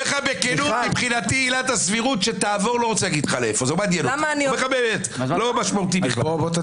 איפה הייתם עד עכשיו?